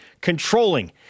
controlling